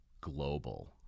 global